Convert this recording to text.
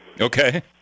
Okay